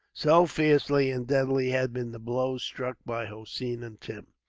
so fiercely and deadly had been the blows struck by hossein and tim.